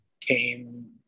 came